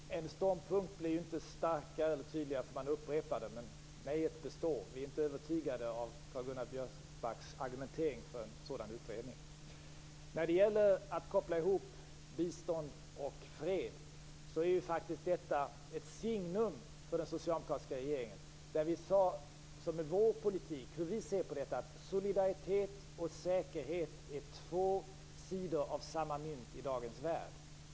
Fru talman! En ståndpunkt blir inte starkare eller tydligare därför att man upprepar den. Vårt nej består. Vi är inte övertygade av Karl-Göran Biörsmarks argumentering för en sådan utredning. När det gäller att koppla ihop bistånd och fred är detta ett signum för den socialdemokratiska regeringens politik. Solidaritet och säkerhet är enligt vår mening två sidor av samma mynt i dagens värld.